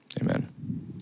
amen